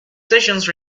sessions